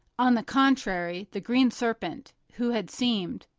on the contrary, the green serpent, who had seemed,